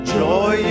joy